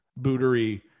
bootery